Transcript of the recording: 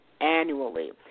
annually